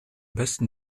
besten